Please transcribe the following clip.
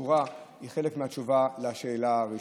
שזור והוא חלק מהתשובה על השאלה הראשונה.